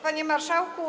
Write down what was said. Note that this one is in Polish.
Panie Marszałku!